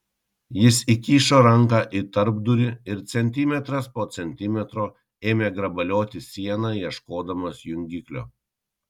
jis įkišo ranką į tarpdurį ir centimetras po centimetro ėmė grabalioti sieną ieškodamas jungiklio